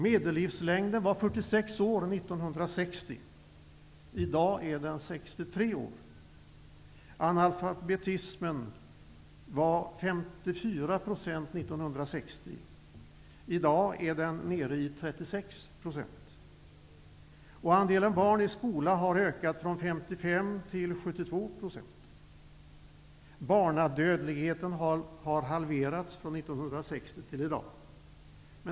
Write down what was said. Medellivslängden år 1960 var 46 år. I dag är den 63 år. Analfabetismen var 54 % år 1960. I dag är den nere i 36 %. Andelen barn i skola har ökat från 55 % till 72 %. Barnadödligheten har halverats från år 1960 till i dag.